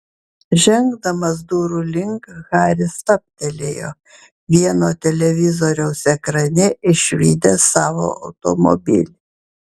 žengdamas durų link haris stabtelėjo vieno televizoriaus ekrane išvydęs savo automobilį